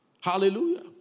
Hallelujah